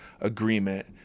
agreement